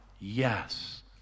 Yes